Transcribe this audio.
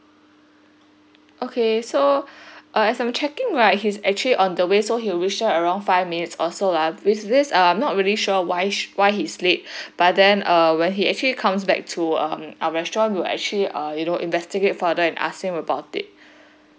okay so uh as I'm checking right he's actually on the way so he will share around five minutes also lah with this uh I'm not really sure why why he's late but then uh when he actually comes back to uh our restaurant will actually uh you know investigate for that and ask him about it